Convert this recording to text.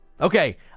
Okay